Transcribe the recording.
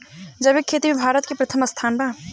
जैविक खेती में भारत के प्रथम स्थान बा